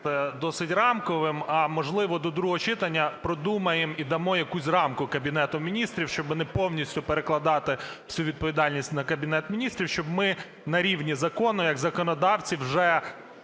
досить рамковим, а, можливо, до другого читання продумаємо і дамо якусь рамку Кабінету Міністрів, щоб не повністю перекладати всю відповідальність на Кабінет Міністрів, щоб ми на рівні закону як законодавці вже